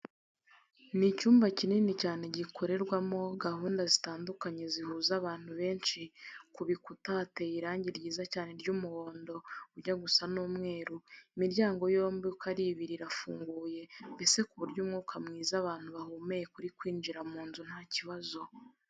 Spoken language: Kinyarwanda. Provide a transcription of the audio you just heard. Ni icyumba kinini cyane gikorerwamo gahunda zitandukanye zihuza abantu benshi, ku bikuta hateye irangi ryiza cyane ry'umuhondo ujya gusa n'umweru, imiryango yombi uko ari ibiri irafunguye mbese ku buryo umwuka mwiza abantu bahumeka uri kwinjira mu nzu nta kibazo.